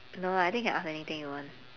no lah I think you can ask anything you want